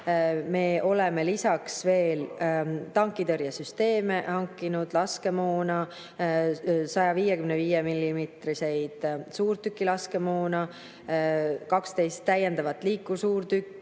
Me oleme lisaks veel tankitõrjesüsteeme hankinud, laskemoona, 155 mm suurtüki laskemoona, 12 täiendavat liikursuurtükki.